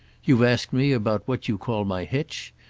you've asked me about what you call my hitch,